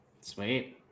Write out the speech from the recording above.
Sweet